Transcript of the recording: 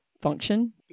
function